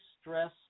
stress